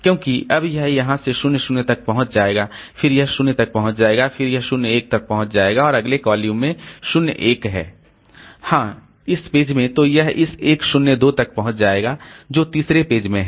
क्योंकि अब यह यहाँ से 0 0 तक पहुँच जाएगा फिर यह 0 तक पहुँच जाएगा फिर यह 0 1 तक पहुँच जाएगा और अगले कॉलम में 0 1 है हां इस पेज में तो यह इस 1 0 2 तक पहुंच जाएगा जो तीसरे पेज में है